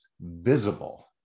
visible